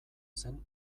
zen